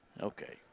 Okay